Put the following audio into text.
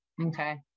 Okay